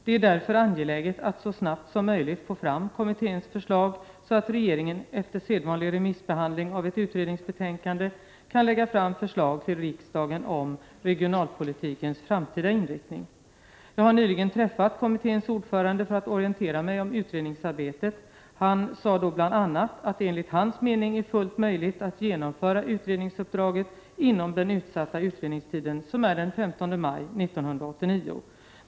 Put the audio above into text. Det är därför angeläget att så snabbt som möjligt få fram kommitténs förslag så att regeringen, efter sedvanlig remissbehandling av ett utredningsbetänkande, kan lägga fram förslag till riksdagen om regionalpolitikens framtida inriktning. Jag har nyligen träffat kommitténs ordförande för att orientera mig om utredningsarbetet. Han sade då bl.a. att det enligt hans mening är fullt möjligt att genomföra utredningsuppdraget inom den utsatta utredningstiden, som är den 15 maj 1989.